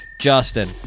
Justin